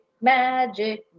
magic